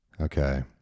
Okay